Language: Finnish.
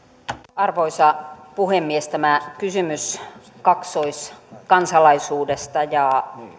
arvoisa puhemies tämä kysymys kaksoiskansalaisuudesta ja